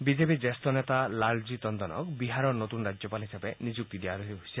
বিজেপিৰ জ্যেষ্ঠ নেতা লাল জী টণ্ডনক বিহাৰৰ নতুন ৰাজ্যপাল হিচাপে নিযুক্তি দিয়া হৈছে